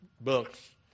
books